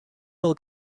will